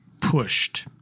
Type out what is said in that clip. pushed